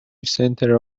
centre